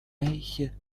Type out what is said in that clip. welche